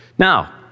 Now